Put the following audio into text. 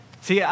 see